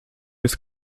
jest